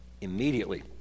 Immediately